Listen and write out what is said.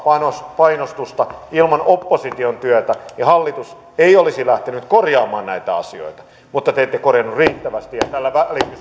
painostusta ja ilman opposition työtä hallitus ei olisi lähtenyt korjaamaan näitä asioita mutta te te ette korjanneet riittävästi ja tällä